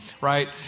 right